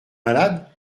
malade